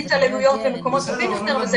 החוק.